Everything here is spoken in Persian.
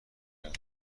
کردم